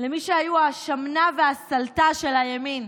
למי שהיו השמנה והסלתה של הימין,